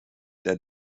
der